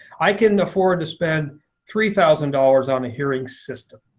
i can afford to spend three thousand dollars on a hearing system.